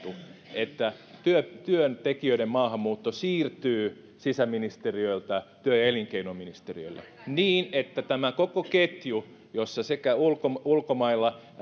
että työntekijöiden maahanmuutto siirtyy sisäministeriöltä työ ja elinkeinoministeriölle niin että tämä koko ketju jossa ulkomailla